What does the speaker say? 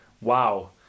Wow